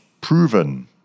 proven